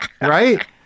right